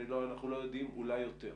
אנחנו לא יודעים, אולי יותר.